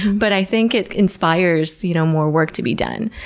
but i think it inspires you know more work to be done.